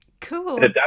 Cool